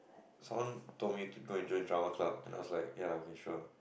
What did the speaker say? someone told me to go and join Drama-Club and I was like ya okay sure